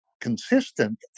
consistent